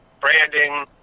branding